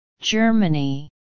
Germany